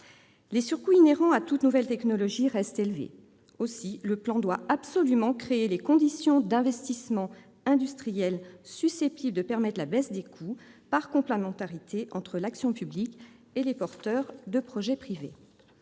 Les surcoûts inhérents à toute nouvelle technologie restent élevés. Aussi, le plan doit absolument créer les conditions d'investissements industriels susceptibles de permettre la baisse des coûts, par complémentarité entre l'action publique et les porteurs de projets privés.